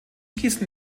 gießen